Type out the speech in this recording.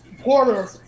Porter